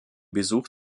besuch